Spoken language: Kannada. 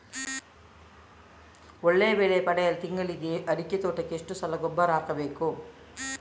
ಒಳ್ಳೆಯ ಬೆಲೆ ಪಡೆಯಲು ತಿಂಗಳಲ್ಲಿ ಅಡಿಕೆ ತೋಟಕ್ಕೆ ಎಷ್ಟು ಸಲ ಗೊಬ್ಬರ ಹಾಕಬೇಕು?